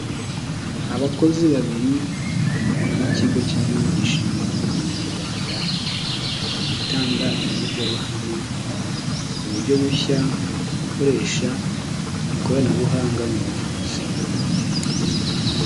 Abakozi babiri b'ikigo cy'igihugu gishinzwe ubuzima mu Rwanda, bari gutanga imbwirwaruhame, ku buryo bushya bwo gukoresha ikoranabuhanga mu buvuzi.